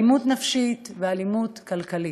אלימות נפשית ואלימות כלכלית.